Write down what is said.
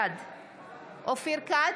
בעד אופיר כץ,